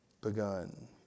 begun